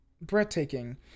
breathtaking